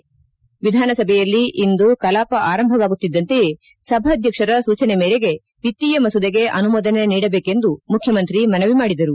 ಮೊದಲಿಗೆ ವಿಧಾನಸಭೆಯಲ್ಲಿ ಇಂದು ಕಲಾಪ ಆರಂಭವಾಗುತ್ತಿದ್ದಂತೆಯೇ ಸಭಾಧ್ಯಕ್ಷರ ಸೂಚನೆ ಮೇರೆಗೆ ವಿತ್ತೀಯ ಮಸೂದೆಗೆ ಅನುಮೋದನೆ ನೀಡಬೇಕೆಂದು ಮುಖ್ಯಮಂತ್ರಿ ಮನವಿ ಮಾಡಿದರು